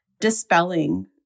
dispelling